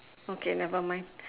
okay nevermind